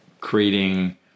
creating